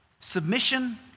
Submission